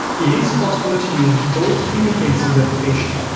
it is possible to use both fingerprints in the application.